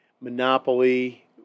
Monopoly